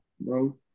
bro